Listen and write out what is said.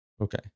Okay